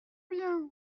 bien